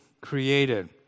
created